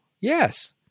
yes